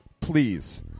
please